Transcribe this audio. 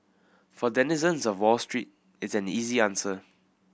for denizens of Wall Street it's an easy answer